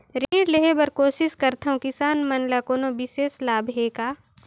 ऋण लेहे बर कोशिश करथवं, किसान मन ल कोनो विशेष लाभ हे का?